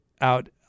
out